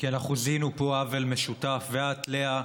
כי אנחנו זיהינו פה עוול משותף, ואת, לאה,